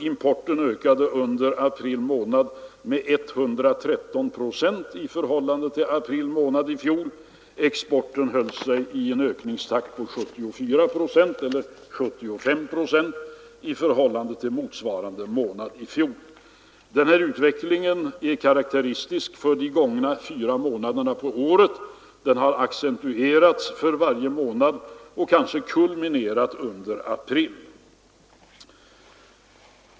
Importen ökade under april med 113 procent i förhållande till samma månad i fjol, medan vi för exporten noterade en ökningstakt på 74 eller 75 procent i förhållande till april månad i fjol. Denna utveckling är karakteristisk för de fyra första månaderna på året. Utvecklingen har accentuerats för varje månad, och kanske kulminerade den under april.